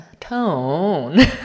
tone